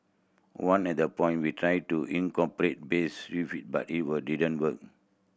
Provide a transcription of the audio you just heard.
one at the point we tried to incorporate bass riff but it didn't work